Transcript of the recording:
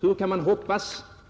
Hur kan man